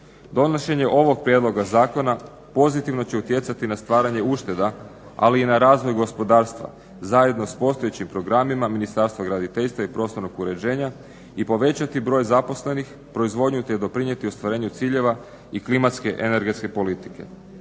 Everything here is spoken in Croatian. Donošenje ovog prijedloga zakona pozitivno će utjecati na stvaranje ušteda ali i na razvoj gospodarstva zajedno sa postojećim programima Ministarstva graditeljstva i prostornog uređenja i povećati broj zaposlenih, proizvodnju, te doprinijeti ostvarenju ciljeva i klimatske energetske politike.